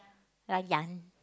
!Rayyan!